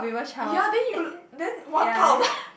ya then you then one